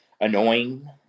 annoying